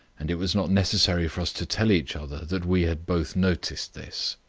and it was not necessary for us to tell each other that we had both noticed this.